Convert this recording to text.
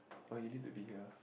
oh you need to be here